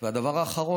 5. הדבר האחרון,